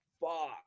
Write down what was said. fuck